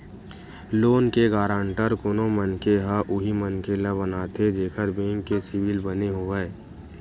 loan के guarantor कोनो मनखे ह उही मनखे ल बनाथे जेखर बेंक के सिविल बने होवय